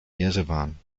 jerewan